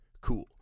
Cool